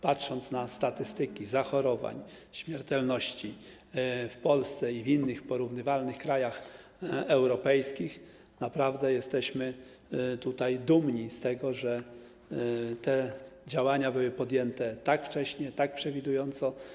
Patrząc na statystyki zachorowań, śmiertelności w Polsce i w innych porównywalnych krajach europejskich, naprawdę jesteśmy dumni z tego, że te działania były podjęte tak wcześnie, tak przewidująco.